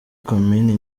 komini